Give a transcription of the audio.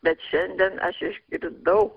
bet šiandien aš išgirdau